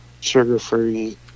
sugar-free